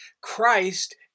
Christ